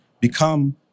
become